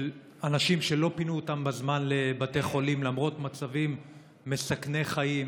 של אנשים שלא פינו אותם בזמן לבתי חולים למרות מצבים מסכני חיים,